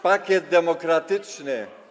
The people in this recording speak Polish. Pakiet demokratyczny.